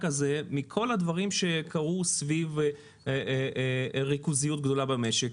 הזה מכל הדברים שקרו סביב ריכוזיות גדולה במשק.